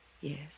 Yes